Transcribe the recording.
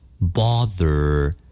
bother